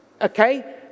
okay